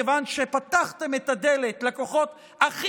מכיוון שפתחתם את הדלת לכוחות הכי